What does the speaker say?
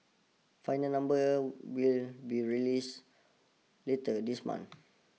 final numbers will be released later this month